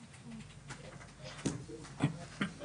ממש לא.